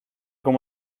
como